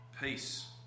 peace